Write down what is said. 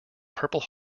purple